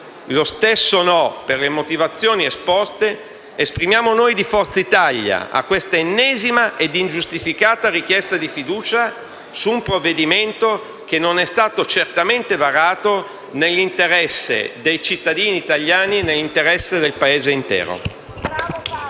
Lo stesso no, per le motivazioni esposte, esprimiamo noi di Forza Italia a questa ennesima ed ingiustificata richiesta di fiducia su un provvedimento che non è stato certamente varato nell'interesse dei cittadini italiani e nell'interesse del Paese intero.